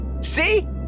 see